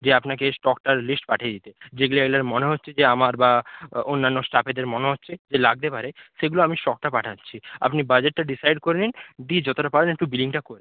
যে আপনাকে স্টকটার লিস্ট পাঠিয়ে দিতে যেগুলি এলে মনে হচ্ছে যে আমার বা অন্যান্য স্টাফেদের মনে হচ্ছে যে লাগতে পারে সেগুলো আমি স্টকটা পাঠাচ্ছি আপনি বাজেটটা ডিসাইড করে নিন দিয়ে যতটা পারবেন একটু বিলিংটা করে দিন